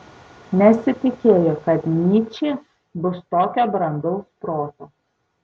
nesitikėjo kad nyčė bus tokio brandaus proto